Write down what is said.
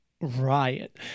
Riot